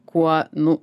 kuo nu